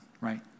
right